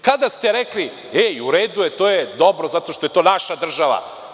Kada ste rekli – u redu je, to je dobro zato što je to naša država?